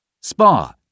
Spa